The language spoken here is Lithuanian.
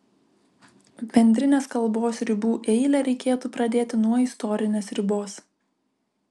bendrinės kalbos ribų eilę reikėtų pradėti nuo istorinės ribos